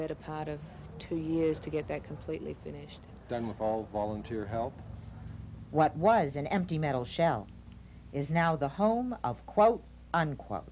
better part of two years to get that completely finished done with all volunteer help what was an empty metal shell is now the home of quote unquote